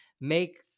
make